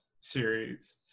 series